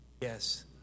Yes